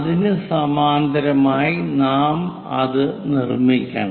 അതിനു സമാന്തരമായി നാം അത് നിർമ്മിക്കണം